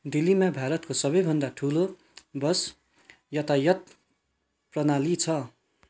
दिल्लीमा भारतको सबैभन्दा ठुलो बस यातायात प्रणाली छ